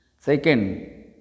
Second